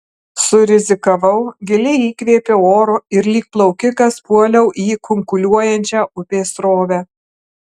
surizikavau giliai įkvėpiau oro ir lyg plaukikas puoliau į kunkuliuojančią upės srovę